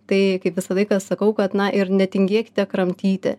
tai kaip visą laiką sakau kad na ir netingėkite kramtyti